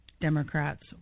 Democrats